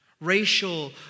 Racial